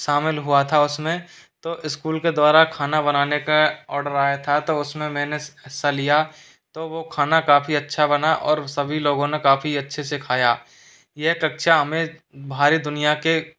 शामिल हुआ था उसमें तो स्कूल के द्वारा खाना बनाने का ऑर्डर आया था तो उसमें मैंने हिस्सा लिया तो वो खाना काफ़ी अच्छा बना और सभी लोगों ने काफ़ी अच्छे से खाया यह कक्षा हमें बाहरी दुनिया के